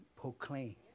proclaim